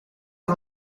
een